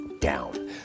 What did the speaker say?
down